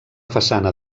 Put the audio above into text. façana